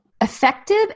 effective